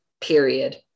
period